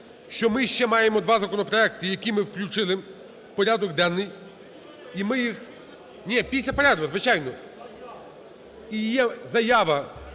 що ми ще маємо два законопроекти, які ми включили в порядок денний. І ми їх… ні, після перерви, звичайно, і є заява